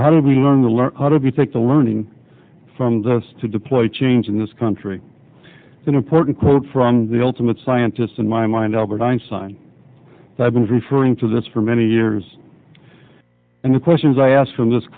how do we learn to learn how to be take the learning from the us to deploy change in this country important quote from the ultimate scientist in my mind albert einstein i've been referring to this for many years and the questions i ask in this